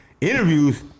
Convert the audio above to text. Interviews